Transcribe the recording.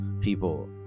people